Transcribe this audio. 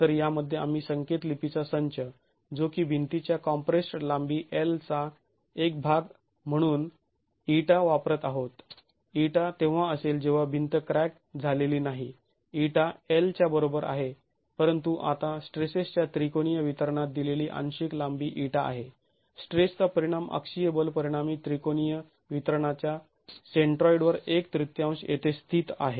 तर यामध्ये आम्ही संकेत लिपीचा संच जो की भिंतीच्या कॉम्प्रेस्ड् लांबी l चा एक भाग म्हणून η वापरत आहोत η तेव्हा असेल जेव्हा भिंत क्रॅक झालेली नाही ईटा l च्या बरोबर आहे परंतु आता स्ट्रेसेसच्या त्रिकोणीय वितरणात दिलेली आंशिक लांबी η आहे स्ट्रेसचा परिणाम अक्षीय बल परिणामी त्रिकोणीय वितरणाच्या सेंट्रॉइडवर एक तृतीयांश येथे स्थित आहे